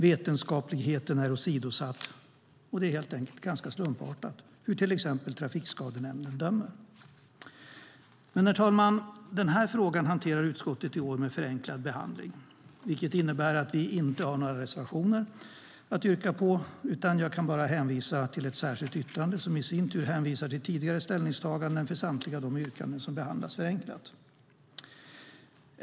Vetenskapligheten är åsidosatt. Det är helt enkelt ganska slumpartat hur till exempel trafikskadenämnden bedömer. Herr talman! Den här frågan hanterar utskottet i år med förenklad behandling, vilket innebär att vi inte har några reservationer att yrka på. Jag kan bara hänvisa till ett särskilt yttrande som i sin tur hänvisar till tidigare ställningstaganden för samtliga de yrkanden som behandlas förenklat.